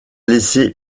laissé